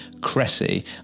Cressy